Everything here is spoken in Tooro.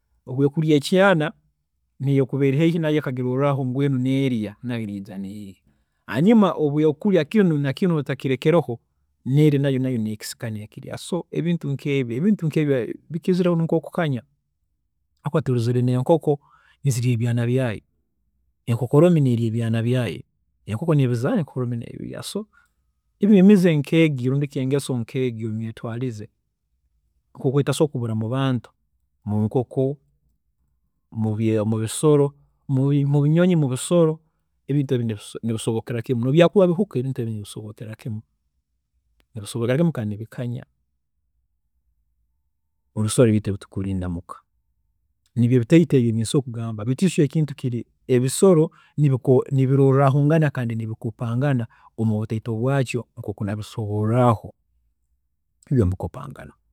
Obu ekurya ekyaana neyekuba eri haihi nayo ekagiroorraho ngu nerya, nayo naija nerya, hanyuma obu ekurya kinu nakinu otakirekereho, neri nayo nekisika nekirya. So ebintu nkebi, ebintu nkebi bikizire kukanya hakuba turozire n'enkoko nizirya ebyaana byaayo, enkokoromi neerya ebyaana byaayo, enkoko nebizaara, enkokoromi nebirya. So ebyemize nkeegi rundi ki ngeso nkeegi rundi nemyetwaarize nkeegi nkoku etasobora kubura mu bantu, munkoko, mubi mubisolo mubi mubinyonyi, mubisolo, ebintu ebi nibi nibisobokera kimu nobu byakuba bihuka ebintu ebi nibisobokera kimu, nibisobokera kimu kandi nibikanya mubisolo byeitu ebi tukurinda muka, nibyo bitoito ebi ebinsobola kugamba baitu ekintu kyo kiri nti ebisoro nibiko nibirorrahongana kandi nibikopa'ngana omubutaito bwaakyo nkoku nabisoboorraho ibyo nibikopangana.